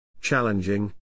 challenging